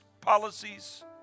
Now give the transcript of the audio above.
policies